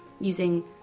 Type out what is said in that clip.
using